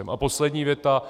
A poslední věta.